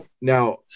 now